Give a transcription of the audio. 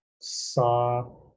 saw